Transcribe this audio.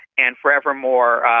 and forevermore,